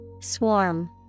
Swarm